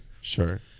Sure